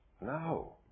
no